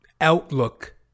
outlook